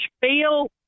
feel